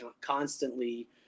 constantly